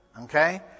Okay